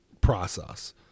process